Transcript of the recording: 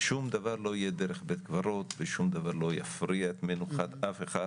שום דבר לא יהיה דרך בית קברות ושום דבר לא יפריע את מנוחת אף אחד,